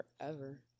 forever